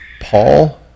Paul